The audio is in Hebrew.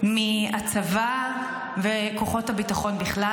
חללים מהצבא וכוחות הביטחון בכלל,